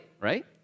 right